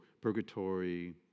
purgatory